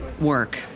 work